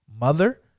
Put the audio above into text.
mother